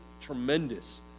tremendous